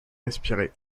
respirer